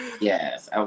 Yes